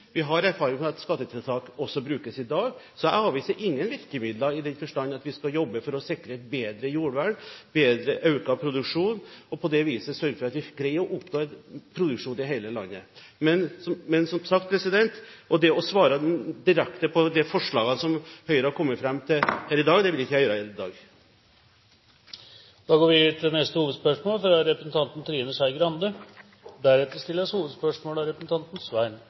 vi tidligere erfaring med at skattetiltak er brukt, og vi har erfaring med at skattetiltak brukes i dag. Så jeg avviser ingen virkemidler i den forstand at vi skal jobbe for å sikre bedre jordvern, økt produksjon og på det viset sørge for at vi klarer å oppnå produksjon i hele landet. Men, som sagt, å svare direkte på de forslagene som Høyre har kommet fram til, vil jeg ikke gjøre her i dag. Vi går videre til neste hovedspørsmål. Ikke overraskende har jeg et spørsmål til